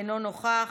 אינו נוכח.